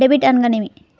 Debit అనగానేమి?